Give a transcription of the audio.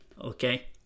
okay